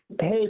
Hey